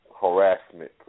harassment